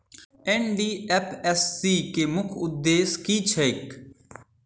NDFSC केँ मुख्य उद्देश्य की छैक?